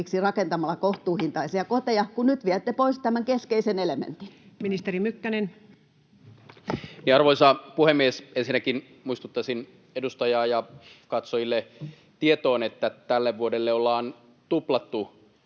koputtaa] kohtuuhintaisia koteja, kun nyt viette pois tämän keskeisen elementin? Ministeri Mykkänen. Arvoisa puhemies! Ensinnäkin muistuttaisin edustajalle ja katsojille tietoon, että tälle vuodelle ollaan tuplattu